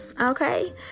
Okay